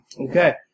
Okay